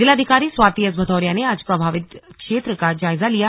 जिलाधिकारी स्वाति एस भदौरिया ने आज प्रभावित क्षेत्र का जायजा लिया